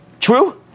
True